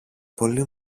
πολύ